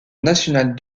national